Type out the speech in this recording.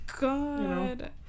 God